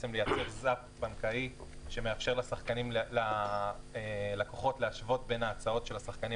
זה זאפ בנקאי שמאפשר לכוחות להשוות בין ההצעות של השחקנים